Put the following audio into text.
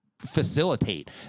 Facilitate